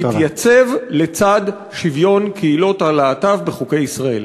התייצב לצד שוויון קהילות הלהט"ב בחוקי ישראל.